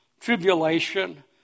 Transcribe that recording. tribulation